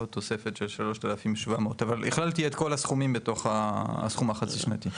ועוד תוספת של 3,700 ₪ אבל כללתי את כל הסכומים בתוך הסכום החצי שנתי.